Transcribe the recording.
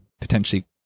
potentially